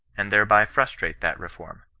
and thereby frustrate that reform?